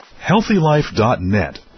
HealthyLife.net